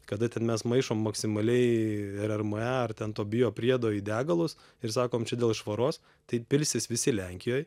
kada ten mes maišom maksimaliai er er m a ar ten to biopriedo į degalus ir sakom čia dėl švaros tai pilsis visi lenkijoj